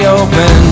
open